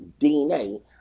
DNA